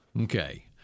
Okay